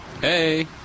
Hey